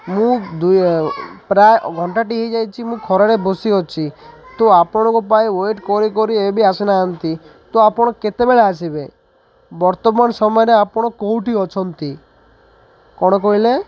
ମୁଁ ଦୁଇ ପ୍ରାୟ ଘଣ୍ଟାଟି ହୋଇଯାଇଛି ମୁଁ ଖରାରେ ବସିଅଛି ତ ଆପଣଙ୍କ ପାଇଁ ୱେଟ୍ କରି କରି ଏ ବି ଆସିନାହାନ୍ତି ତ ଆପଣ କେତେବେଳେ ଆସିବେ ବର୍ତ୍ତମାନ ସମୟରେ ଆପଣ କେଉଁଠି ଅଛନ୍ତି କ'ଣ କହିଲେ